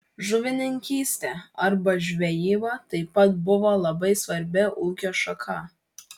žuvininkystė arba žvejyba taip pat buvo labai svarbi ūkio šaka